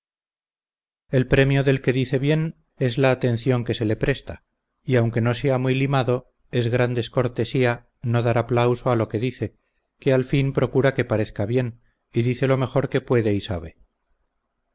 el premio del que dice bien es la atención que se le presta y aunque no sea muy limado es gran descortesía no dar aplauso a lo que dice que al fin procura que parezca bien y dice lo mejor que puede y sabe